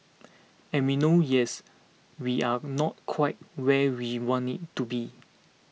and we know yes we are not quite where we want it to be